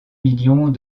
millions